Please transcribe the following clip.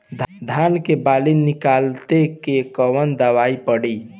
धान के बाली निकलते के कवन दवाई पढ़े?